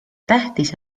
tähtis